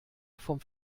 vom